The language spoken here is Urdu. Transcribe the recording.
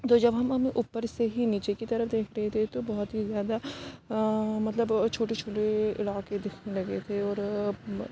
تو جب ہم ہم اوپر سے ہی نیچے کی طرف دیکھ رہے تھے تو بہت ہی زیادہ مطلب چھوٹے چھوٹے راکٹ دکھنے لگے تھے اور